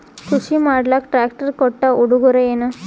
ಕೃಷಿ ಮಾಡಲಾಕ ಟ್ರಾಕ್ಟರಿ ಕೊಟ್ಟ ಉಡುಗೊರೆಯೇನ?